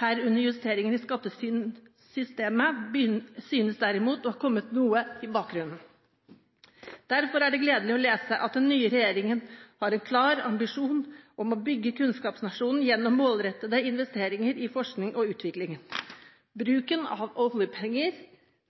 herunder justeringer i skattesystemet, synes derimot å ha kommet noe i bakgrunnen.» Derfor er det gledelig å lese at den nye regjeringen har en klar ambisjon om å bygge kunnskapsnasjonen gjennom målrettede investeringer i forskning og utvikling. Bruken av oljepenger